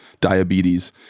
diabetes